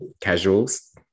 casuals